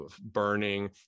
burning